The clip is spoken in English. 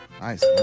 Nice